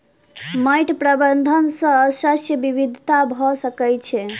माइट प्रबंधन सॅ शस्य विविधता भ सकै छै